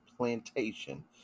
Plantation